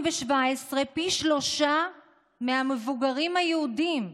פי שלושה מהמבוגרים היהודים.